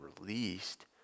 released